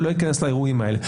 ולא ייכנס לאירועים האלה.